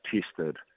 tested